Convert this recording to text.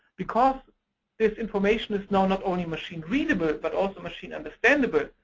because this information is now not only machine readable, but also machine understandable,